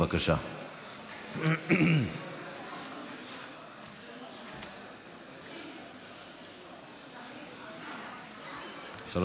1765/25. בבקשה,